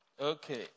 Okay